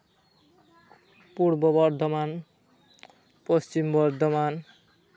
Purba Bardhaman Paschim Bardhaman